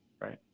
right